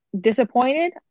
disappointed